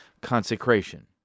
Consecration